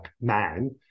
man